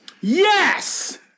Yes